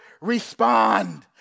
respond